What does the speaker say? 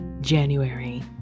January